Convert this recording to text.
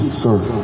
sorry